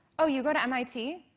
oh, you go to mit?